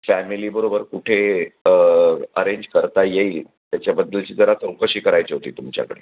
फॅमिलीबरोबर कुठे अरेंज करता येईल त्याच्याबद्दलची जरा चौकशी करायची होती तुमच्याकडे